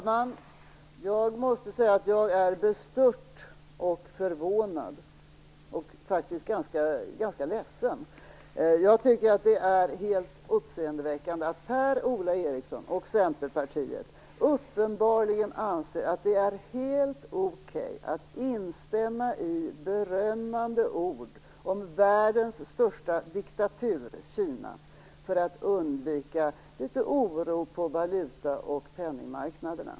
Herr talman! Jag är bestört och faktiskt ganska ledsen. Jag tycker att det är uppseendeväckande att Per-Ola Eriksson och centerpartiet uppenbarligen anser att det är helt okej att instämma i berömmande ord om världens största diktatur, Kina, för att undvika litet oro på valuta och penningmarknaderna.